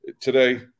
today